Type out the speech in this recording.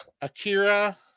Akira